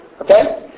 Okay